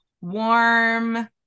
warm